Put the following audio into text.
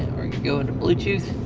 go into bluetooth.